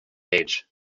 age